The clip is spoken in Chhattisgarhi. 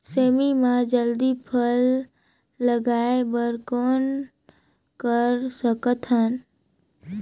सेमी म जल्दी फल लगाय बर कौन कर सकत हन?